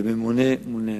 ממונה מול נאמן.